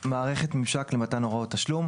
"מערכת ממשק למתן הוראות תשלום"